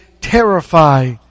terrify